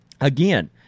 Again